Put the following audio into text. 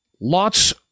lots